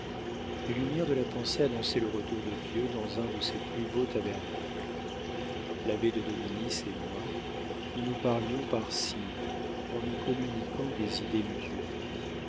les lumières de la pensée annonçaient le retour de dieu dans un de ses plus beaux tabernacles l'abbé de dominis et moi nous nous parlions par signes en nous communiquant des idées mutuelles